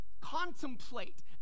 contemplate